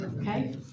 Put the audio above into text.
okay